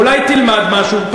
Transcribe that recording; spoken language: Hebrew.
אולי תלמד משהו?